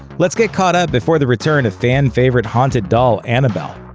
let's get caught up before the return of fan-favorite haunted doll annabelle.